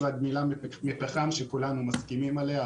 גמילה מפחם שכולנו מסכימים עליה,